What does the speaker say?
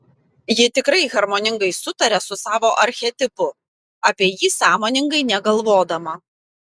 ji tikrai harmoningai sutaria su savo archetipu apie jį sąmoningai negalvodama